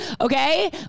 Okay